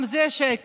גם זה שקר.